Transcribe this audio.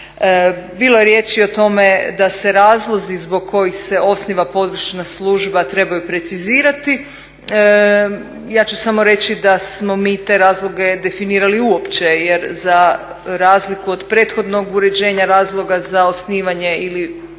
Bilo je riječi o tome da se razlozi zbog kojih se osniva područna služba trebaju precizirati. Ja ću samo reći da smo mi te razloge definirali uopće, jer za razliku od prethodnog uređenja razloga za osnivanje ili